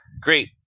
great